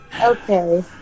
Okay